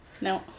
No